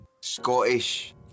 Scottish